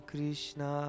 Krishna